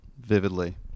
vividly